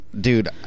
Dude